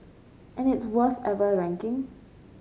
and its worst ever ranking